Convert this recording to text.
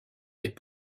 est